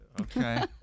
Okay